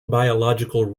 biological